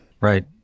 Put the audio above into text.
Right